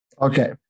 Okay